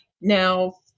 Now